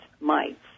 mites